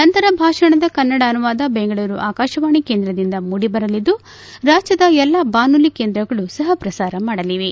ನಂತರ ಭಾಷಣದ ಕನ್ನಡ ಅನುವಾದ ಬೆಂಗಳೂರು ಆಕಾತವಾಣಿ ಕೇಂದ್ರದಿಂದ ಮೂಡಿಬರಲಿದ್ದು ರಾಜ್ಲದ ಎಲ್ಲ ಬಾನುಲಿ ಕೇಂದ್ರಗಳು ಸಹ ಪ್ರಸಾರ ಮಾಡಲಿವೆ